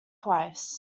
twice